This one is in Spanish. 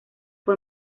fue